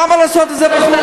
למה לעשות את זה לחוד?